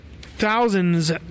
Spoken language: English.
thousands